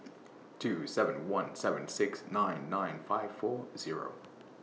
two seven one seven six nine nine five four Zero